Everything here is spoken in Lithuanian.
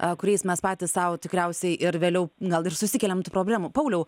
a kuriais mes patys sau tikriausiai ir vėliau gal ir susikeliam tų problemų pauliau